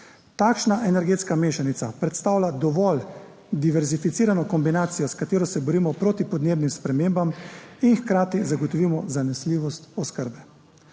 Takšna energetska mešanica predstavlja dovolj diverzificirano kombinacijo, s katero se borimo proti podnebnim spremembam in hkrati zagotovimo zanesljivost oskrbe.